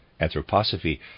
anthroposophy